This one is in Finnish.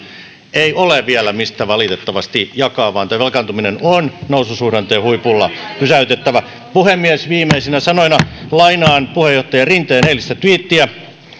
ei valitettavasti ole vielä mistä jakaa vaan tämä velkaantuminen on noususuhdanteen huipulla pysäytettävä puhemies viimeisinä sanoinani lainaan puheenjohtaja rinteen eilistä tviittiä